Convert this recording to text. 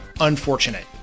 unfortunate